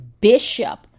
bishop